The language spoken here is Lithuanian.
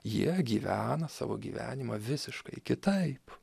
jie gyvena savo gyvenimą visiškai kitaip